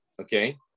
okay